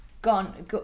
gone